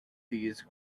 these